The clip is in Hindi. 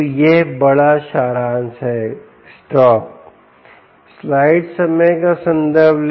तो यह बड़ा सारांश है स्टॉप